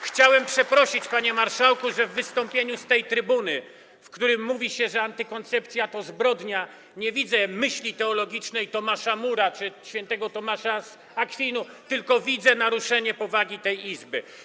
Chciałem przeprosić, panie marszałku, że w wystąpieniu z tej trybuny, w którym mówi się, że antykoncepcja to zbrodnia, nie widzę myśli teologicznej Tomasza More’a czy św. Tomasza z Akwinu, tylko widzę naruszenie powagi tej Izby.